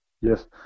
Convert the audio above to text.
yes